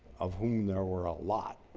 of whom there were a lot,